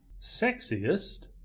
sexiest